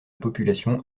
population